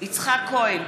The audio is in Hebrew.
יצחק כהן,